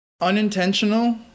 Unintentional